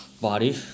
body